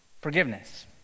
forgiveness